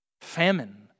Famine